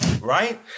right